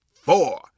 four